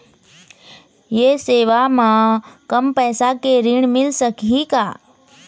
ये सेवा म कम पैसा के ऋण मिल सकही का?